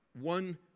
one